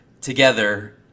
together